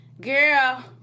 Girl